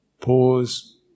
pause